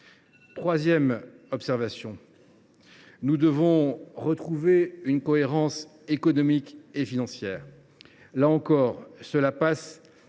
Troisièmement, nous devons retrouver une cohérence économique et financière. Là encore, cela passe par un